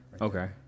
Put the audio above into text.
Okay